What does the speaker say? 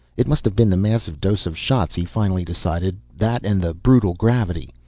it must have been the massive dose of shots, he finally decided, that and the brutal gravity.